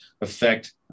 affect